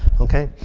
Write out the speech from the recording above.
okay?